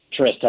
Trista